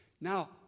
Now